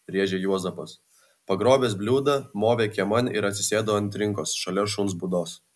rėžė juozapas pagrobęs bliūdą movė kieman ir atsisėdo ant trinkos šalia šuns būdos